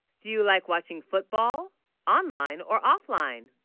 do you, like watching football online or offline